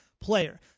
player